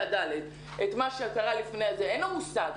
ד' את מה שהוא למד לפני --- אין לו מושג.